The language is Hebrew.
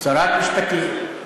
צרת משפטים.